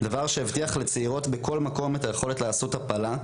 דבר שהבטיח לצעירות בכל מקום את היכולת לעשות הפלה,